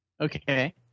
okay